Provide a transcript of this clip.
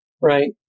right